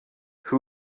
who